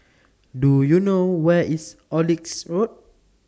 Do YOU know Where IS Oxley Road